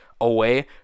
away